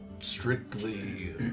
strictly